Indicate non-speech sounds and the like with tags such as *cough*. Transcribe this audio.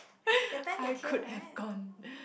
*laughs* I could have gone *breath*